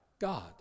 God